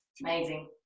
amazing